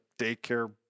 daycare